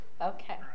Okay